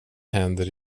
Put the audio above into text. händer